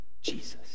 Jesus